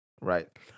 right